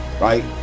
right